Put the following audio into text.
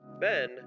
Ben